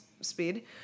speed